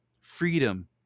freedom